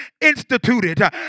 instituted